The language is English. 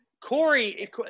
Corey